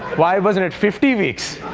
why wasn't it fifty weeks?